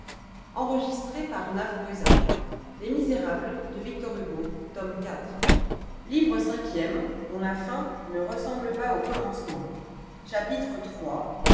livre cinquième dont la fin ne ressemble pas au commencement